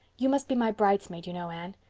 you must be my bridesmaid, you know, anne.